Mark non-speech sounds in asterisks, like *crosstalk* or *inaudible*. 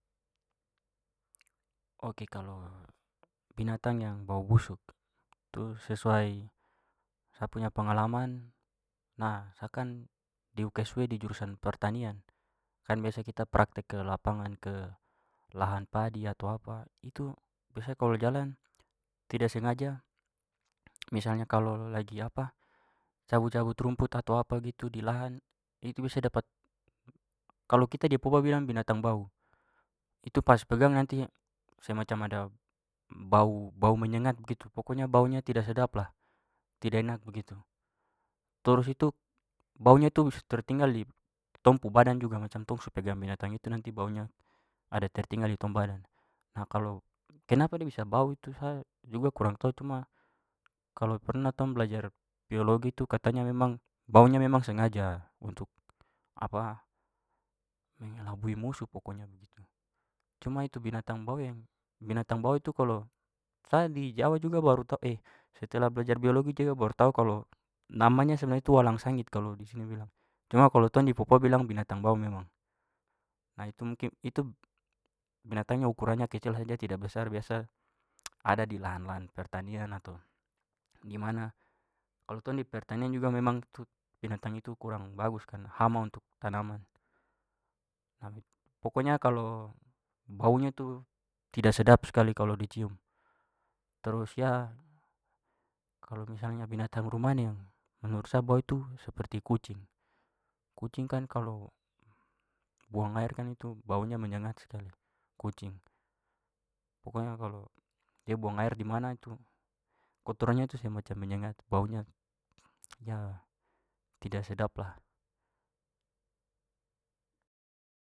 Ok kalau binatang yang bau busuk tu sesuai sa punya pengalaman- nah, sa kan di UKSW di jurusan pertanian. Kan biasa kita praktek ke lapangan, ke lahan padi atau apa, itu biasa kalau jalan tidak sengaja, misalnya kalau lagi *hesitation* cabut-cabut rumput atau apa gitu di lahan, itu biasa dapat, kalau kita di papua bilang binatang bau. Itu pas pegang nanti semacam ada bau- bau menyengat begitu. Pokoknya baunya tidak sedap lah. Tidak enak begitu. Terus itu baunya itu tertinggal di tong pu badan juga. Macam tong su pegang binatang itu nanti baunya ada tertinggal di tong badan. Nah, kalau kenapa dong bisa bau itu sa juga kurang tahu. Cuma kalau pernah tong belajar biologi tu katanya memang baunya memang sengaja untuk *hesitation* mengelabui musuh pokoknya begitu. Cuma itu binatang bau yang- binatang bau itu kalau- sa di jawa juga baru tahu *hesitation* setelah belajar biologi juga baru tahu kalau namanya sebenarnya itu walang sangit kalau di sini bilang. Cuma kalau tong di papua bilang binatang bau memang. Nah itu mungkin- itu binatangnya ukurannya kecil saja, tidak besar. Biasa ada di lahan-lahan pertanian atau dimana. Kalau tong di pertanian juga memang binatang itu kurang bagus karena hama untuk tanaman. Pokoknya kalau baunya tu tidak sedap sekali kalau dicium. Terus *hesitation* kalau misalnya binatang rumah nih yang menurut saya bau itu seperti kucing. Kucing kan kalau buang air kan itu baunya menyengat sekali, kucing. Pokoknya kalau dia buang air dimana itu, kotorannya tu semacam menyengat. Baunya *hesitation* tidak sedap lah.